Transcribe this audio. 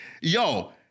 Yo